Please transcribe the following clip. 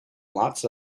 lots